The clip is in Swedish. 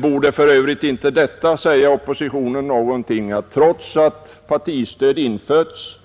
Borde det för övrigt inte säga oppositionen någonting att kollektivanslutningen ökar — trots att partistödet införts